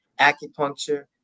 acupuncture